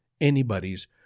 anybody's